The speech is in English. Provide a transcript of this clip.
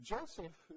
Joseph